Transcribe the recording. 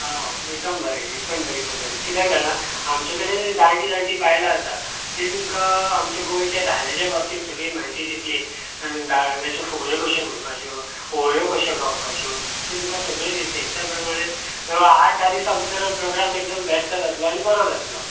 आं एकदम बरे एकदम बरी खबर आमचे कडेन जाणटीं जाणटीं बायलां आसात तीं तुमकां आमच्या गोंयच्या सगळ्या धालांच्या बद्दल म्हायती दितलीं धालाच्यो फुगड्यो कश्यो म्हणपाच्यो वोवयो कश्यो गावपाच्यो तीं तुमकां सगळी दितली त्या प्रमाणे ह्या आठ धा दिसां भितर प्रोग्राम एकदम बेस्ट जातलो आनी बरो जातलो